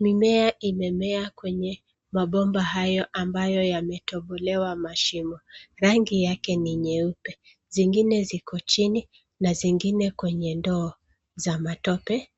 Mimea imemea kwenye mabomba hayo ambayo yametobolewa mashimo. Rangi yake ni nyeupe. Zingine ziko chini zingine kwenye ndoo za matope.